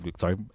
sorry